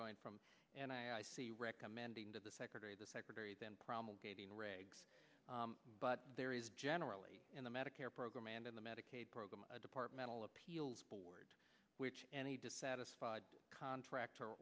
going from and i i see recommending to the secretary the secretaries and promulgating regs but there is generally in the medicare program and in the medicaid program a departmental appeals board which any dissatisfied contractor